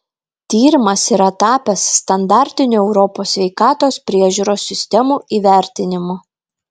tyrimas yra tapęs standartiniu europos sveikatos priežiūros sistemų įvertinimu